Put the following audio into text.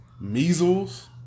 measles